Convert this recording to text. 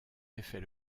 effet